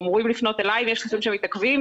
אמורים לפנות אלי אם יש כספים שמתעכבים.